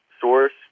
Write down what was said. source